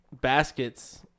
Baskets